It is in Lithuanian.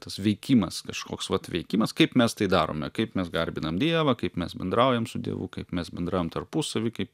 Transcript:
tas veikimas kažkoks vat veikimas kaip mes tai darome kaip mes garbinam dievą kaip mes bendraujam su dievu kaip mes bendraujam tarpusavy kaip